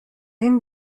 این